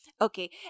Okay